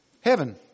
Heaven